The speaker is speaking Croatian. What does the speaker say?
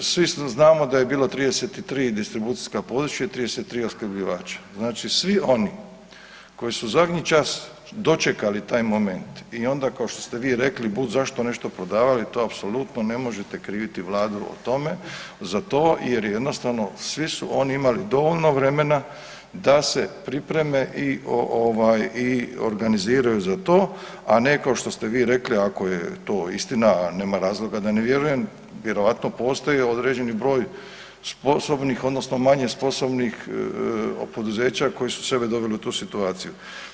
Svi znamo da je bilo 33 distribucijska područja i 33 opskrbljivača, znači svi oni koji su zadnji čas dočekali taj moment i onda kao što ste vi rekli budzašto nešto prodavali to apsolutno ne možete kriviti Vladu o tome za to jer jednostavno svi su oni imali dovoljno vremena da se pripreme i organiziraju za to, a ne kao što ste vi rekli, ako je to istina, a nema razloga da ne vjerujem, vjerojatno postoji određeni broj sposobnih odnosno manje sposobnih poduzeća koji su sebe doveli u tu situaciju.